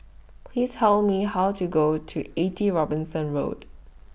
Please Tell Me How to Go to eighty Robinson Road